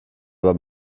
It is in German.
aber